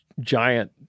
giant